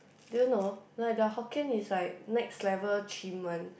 do you know like their Hokkien is like next level chim one